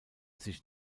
sich